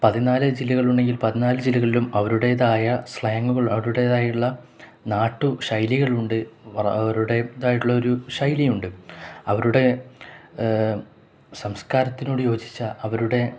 പതിനാല് ജില്ലകളുണ്ടെങ്കിൽ പതിനാല് ജില്ലകളിലും അവരുടേതായ സ്ലാങ്ങുകൾ അവരുടേതായുള്ള നാട്ടു ശൈലികളുണ്ട് അവരുടേതായിട്ടുള്ള ഒരു ശൈലിയുണ്ട് അവരുടെ സംസ്കാരത്തിനോടു യോജിച്ച അവരുടെ